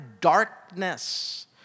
darkness